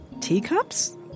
teacups